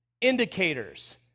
indicators